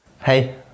Hey